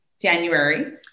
January